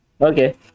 okay